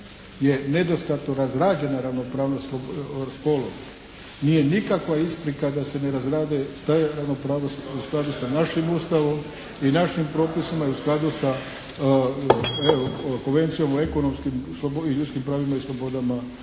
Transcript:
je nedostatno razrađena ravnopravnost spolova. Nije nikakva isprika da se ne razrade da je ravnopravnost u skladu sa našim Ustavom i našim propisima i u skladu sa evo Konvencijom o ekonomskim i ljudskim pravima i slobodama